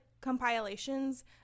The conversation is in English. compilations